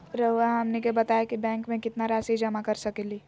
रहुआ हमनी के बताएं कि बैंक में कितना रासि जमा कर सके ली?